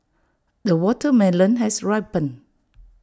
the watermelon has ripened